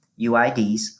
UIDs